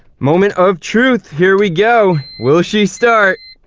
moment of truth, here we go. will she start?